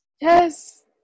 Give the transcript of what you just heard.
yes